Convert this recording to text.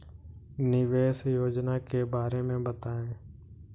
निवेश योजना के बारे में बताएँ?